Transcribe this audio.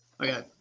Okay